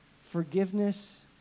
forgiveness